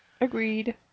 Agreed